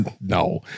No